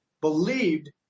believed